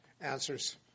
answers